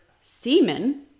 semen